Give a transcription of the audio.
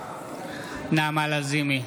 נעמה לזימי,